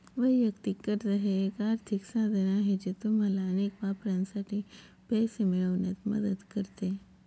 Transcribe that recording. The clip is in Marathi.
वैयक्तिक कर्ज हे एक आर्थिक साधन आहे जे तुम्हाला अनेक वापरांसाठी पैसे मिळवण्यात मदत करते